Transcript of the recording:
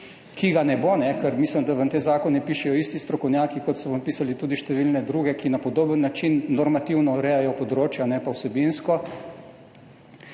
ki ga ne bo, ker mislim, da vam te zakone pišejo isti strokovnjaki, kot so vam pisali tudi številne druge, ki na podoben način normativno urejajo področja, ne pa vsebinsko.